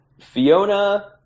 Fiona